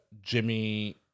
Jimmy